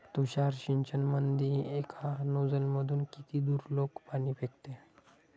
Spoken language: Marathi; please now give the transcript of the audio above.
तुषार सिंचनमंदी एका नोजल मधून किती दुरलोक पाणी फेकते?